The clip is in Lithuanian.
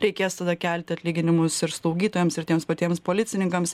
reikės tada kelti atlyginimus ir slaugytojams ir tiems patiems policininkams